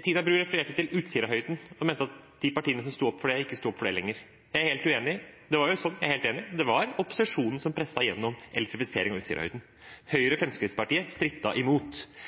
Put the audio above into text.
Tina Bru refererte til Utsirahøyden og mente at de partiene som sto opp for det, ikke står opp for det lenger. Det er jeg helt uenig i. Jeg er helt enig i at det var opposisjonen som presset igjennom elektrifisering av Utsirahøyden. Høyre og Fremskrittspartiet strittet imot. De strittet nesten like mye imot